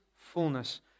fullness